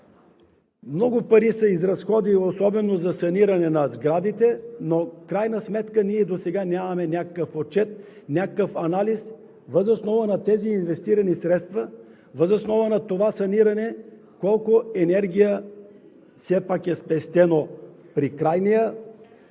много пари се изразходиха, особено за саниране на сградите, но в крайна сметка ние досега нямаме някакъв отчет, анализ въз основа на тези инвестирани средства, въз основа на това саниране колко енергия все пак е спестено при крайния